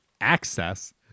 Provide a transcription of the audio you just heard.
access